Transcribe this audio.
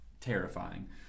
terrifying